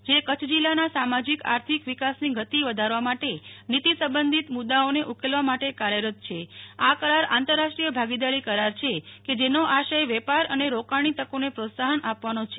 જે કચ્છ જિલ્લાના સામાજીક આર્થિક વિકાસની ગતિ વધારવા માટે નીતિ સંબંધિત મુ દાઓને ઉકેલવા માટે કાર્યરત છે આ કરાર આંતરાષ્ટ્રીય ભાગીદારી કરાર છે કે જેનો આશય વેપાર અને રોકાણની તકોને પ્રોત્સાહન આપવાનો છે